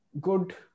good